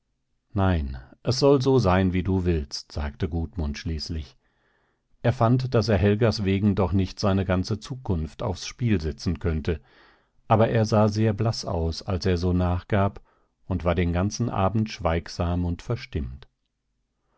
nein es soll so sein wie du willst sagte gudmund schließlich er fand daß er helgas wegen doch nicht seine ganze zukunft aufs spiel setzen könnte aber er sah sehr blaß aus als er so nachgab und war den ganzen abend schweigsam und verstimmt